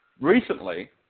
Recently